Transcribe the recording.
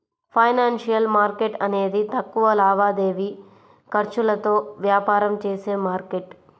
financial market అనేది తక్కువ లావాదేవీ ఖర్చులతో వ్యాపారం చేసే మార్కెట్